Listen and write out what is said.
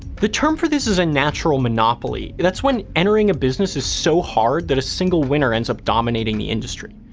the term for this is a natural monopoly. and that's when entering a business is so hard, that a single winner ends up dominating the industry.